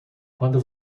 quando